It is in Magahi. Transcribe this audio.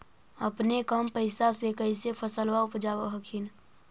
अपने कम पैसा से कैसे फसलबा उपजाब हखिन?